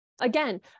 again